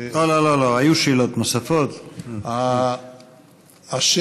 אפשר לשאול שאלה, אדוני